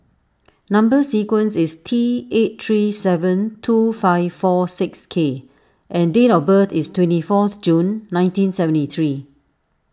Number Sequence is T eight three seven two five four six K and date of birth is twenty fourth June nineteen seventy three